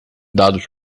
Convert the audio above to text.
dados